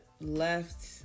left